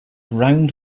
round